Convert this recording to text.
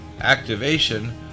activation